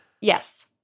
Yes